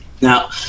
Now